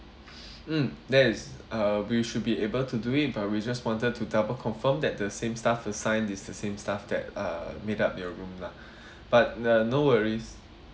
mm there is uh we should be able to do it but we just wanted to double confirm that the same staff assigned is the same staff that uh made up your room lah but uh no worries